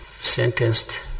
sentenced